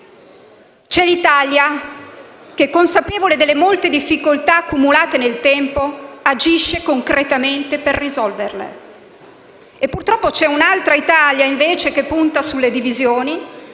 c'è l'Italia che, consapevole delle molte difficoltà accumulate nel tempo, agisce concretamente per risolverle; e purtroppo c'è un'altra Italia, che punta sulle divisioni,